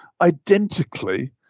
identically